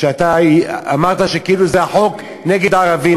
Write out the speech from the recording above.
אמרת שהחוק זה נגד ערבים.